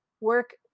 work